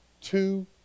two